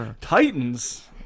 Titans